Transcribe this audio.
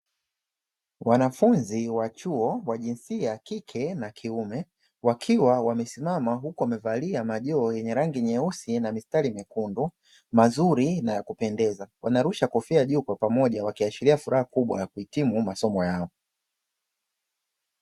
Wanafunzi wa chuo wa jinsia ya kike na kiume, wakiwa wamesimama huku wamevalia majoho yenye rangi nyeusi na mistari myekundu, mazuri na ya kupendeza. Wanarusha kofia juu kwa pamoja wakiashiria furaha kubwa ya kuhitimu masomo yao.